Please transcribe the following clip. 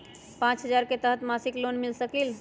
पाँच हजार के तहत मासिक लोन मिल सकील?